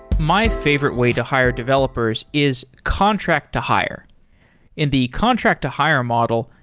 my favorite way to hire developers is contract-to-hire. in the contract-to-hire model,